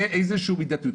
תהיה איזו מידתיות.